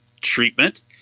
treatment